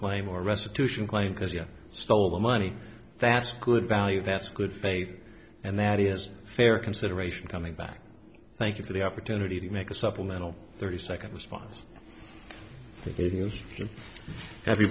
claim or restitution claim because you stole the money that's good value that's good faith and that is fair consideration coming back thank you for the opportunity to make a supplemental thirty second response